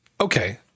okay